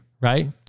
Right